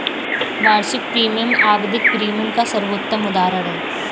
वार्षिक प्रीमियम आवधिक प्रीमियम का सर्वोत्तम उदहारण है